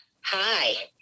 Hi